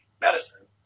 medicine